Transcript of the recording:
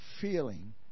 feeling